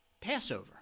Passover